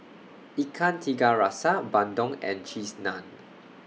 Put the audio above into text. Ikan Tiga Rasa Bandung and Cheese Naan